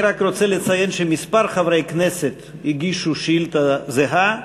אני רק רוצה לציין שכמה חברי כנסת הגישו שאילתות זהות.